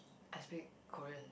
I speak Korean